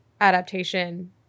adaptation